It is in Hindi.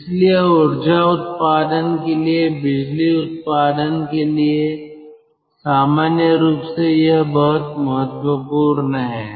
इसलिए ऊर्जा उत्पादन के लिए बिजली उत्पादन के लिए सामान्य रूप से यह बहुत महत्वपूर्ण है